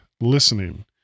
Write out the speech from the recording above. listening